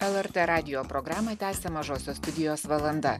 lrt radijo programą tęsia mažosios studijos valanda